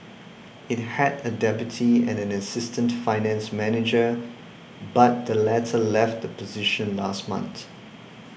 it had a deputy and an assistant finance manager but the latter left the position last month